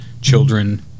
children